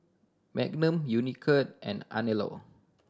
Magnum Unicurd and Anello